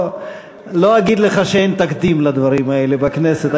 לא אגיד לך שאין תקדים לדברים האלה בכנסת.